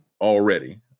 already